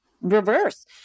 reverse